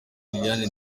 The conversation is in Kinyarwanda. liliane